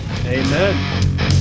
Amen